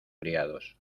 criados